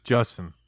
Justin